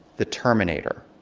the terminator.